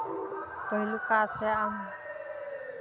पहिलुका से आब